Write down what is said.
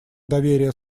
доверие